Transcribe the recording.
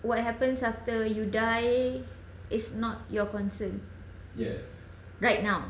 what happens after you die is not your concern right now